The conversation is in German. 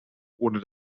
ohne